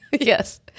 Yes